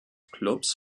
klubs